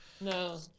No